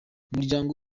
umuryango